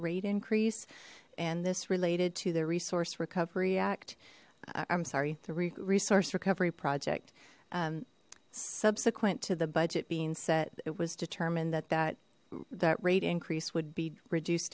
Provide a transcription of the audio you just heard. rate increase and this related to the resource recovery act i'm sorry the resource recovery project subsequent to the budget being set it was determined that that that rate increase would be reduced